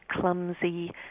clumsy